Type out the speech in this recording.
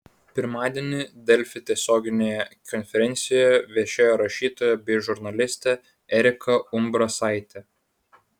pirmadienį delfi tiesioginėje konferencijoje viešėjo rašytoja bei žurnalistė erika umbrasaitė